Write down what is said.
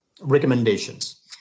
recommendations